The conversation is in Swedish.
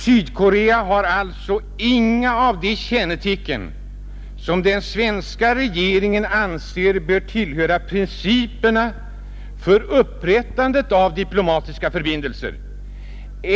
Sydkorea har alltså inga av de kännetecken som den svenska regeringen anser bör tillhöra principerna för upprättandet av diplomatiska förbindelser.